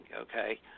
okay